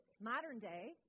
Modern-day